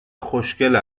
خوشگل